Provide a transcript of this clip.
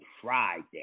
Friday